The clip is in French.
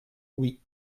oui